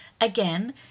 Again